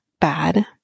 bad